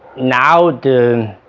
now the